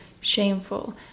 shameful